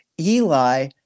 Eli